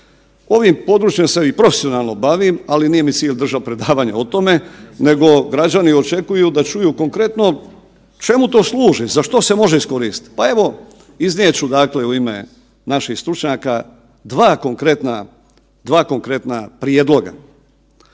Ovim područjem se i profesionalno bavim, ali nije mi cilj držat predavanje o tome, nego građani očekuju da čuju konkretno čemu to služi, za što se može iskoristit. Pa evo, iznijet ću dakle u ime naših stručnjaka dva konkretna, dva